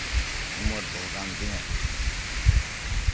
ᱩᱢᱮᱹᱨ ᱛᱟᱦᱮ ᱠᱟᱱ ᱛᱤᱧᱟ